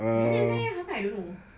bila seh how come I don't know